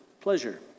pleasure